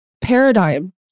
paradigm